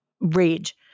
Rage